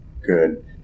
good